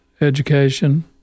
education